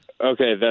Okay